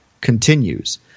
continues